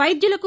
వైద్యులకు